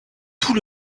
tout